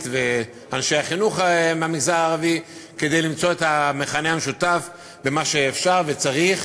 ואנשי חינוך מהמגזר הערבי כדי למצוא את המכנה המשותף במה שאפשר וצריך,